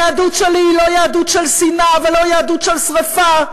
היהדות שלי היא לא יהדות של שנאה ולא יהדות של שרפה,